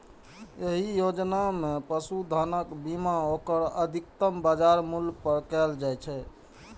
एहि योजना मे पशुधनक बीमा ओकर अधिकतम बाजार मूल्य पर कैल जाइ छै